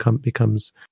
becomes